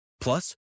Plus